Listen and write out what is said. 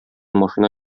машина